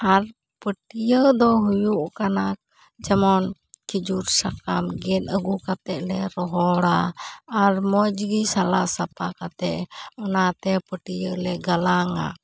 ᱟᱨ ᱯᱟᱹᱴᱭᱟᱹ ᱫᱚ ᱦᱩᱭᱩᱜ ᱠᱟᱱᱟ ᱡᱮᱢᱚᱱ ᱠᱷᱤᱡᱩᱨ ᱥᱟᱠᱟᱢ ᱜᱮᱫ ᱟᱹᱜᱩ ᱠᱟᱛᱮ ᱞᱮ ᱨᱚᱦᱚᱲᱟ ᱟᱨ ᱢᱚᱡᱽ ᱜᱮ ᱥᱟᱞᱟ ᱥᱟᱯᱟ ᱠᱟᱛᱮ ᱚᱱᱟ ᱛᱮ ᱯᱟᱹᱴᱭᱟᱹ ᱞᱮ ᱜᱟᱞᱟᱝᱼᱟ